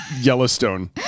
Yellowstone